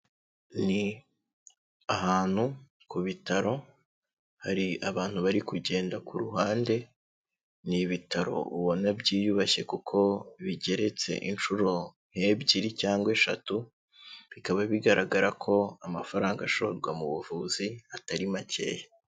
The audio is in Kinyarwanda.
Ni ahantu ku bitaro hari abantu bari kugenda ku ruhande, ni ibitaro ubona byiyubashye kuko bigeretse inshuro nk'ebyiri cyangwa eshatu, bikaba bigaragara ko amafaranga ashorwa mu buvuzi atari makeya.